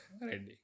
ready